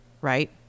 right